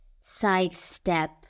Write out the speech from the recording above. sidestep